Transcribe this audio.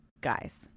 guys